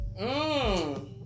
Mmm